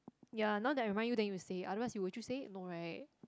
ya now that I remind you then you say otherwise you would you say no right